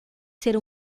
ser